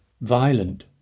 violent